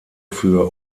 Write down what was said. für